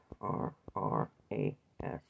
R-R-A-S